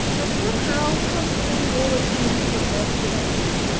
but somehow something always seemed to occur to prevent it.